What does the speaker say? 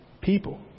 people